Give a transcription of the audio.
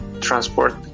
transport